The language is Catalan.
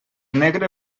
negre